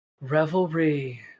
Revelry